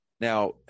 Now